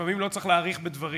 לפעמים לא צריך להאריך בדברים.